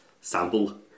sample